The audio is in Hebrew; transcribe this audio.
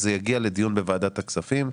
זה יגיע לדיון בוועדת הכספים,